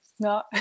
No